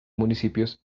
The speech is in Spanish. municipios